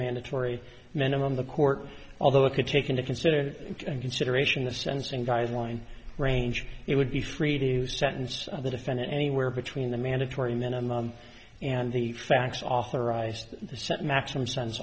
mandatory minimum the court although it could take into consideration consideration the sensing guideline range it would be free to sentence the defendant anywhere between the mandatory minimum and the facts authorized set maximum sen